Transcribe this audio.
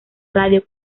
radio